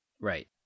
right